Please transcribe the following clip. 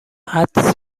حدس